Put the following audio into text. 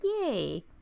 yay